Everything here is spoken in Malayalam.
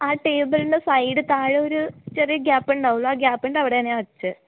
ആ ടേബിളിൻ്റെ സൈഡ് താഴെ ഒരു ചെറിയ ഗ്യാപ്പുണ്ടാവുമല്ലോ ആ ഗ്യാപ്പിൻ്റെ അവിടെയാണ് ഞാൻ വച്ചത്